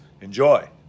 Enjoy